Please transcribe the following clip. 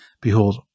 behold